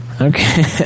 okay